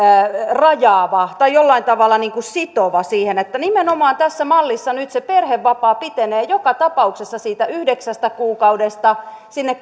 rajaava tai jollain tavalla sitova nimenomaan tässä mallissa nyt se perhevapaa pitenee joka tapauksessa siitä yhdeksästä kuukaudesta sinne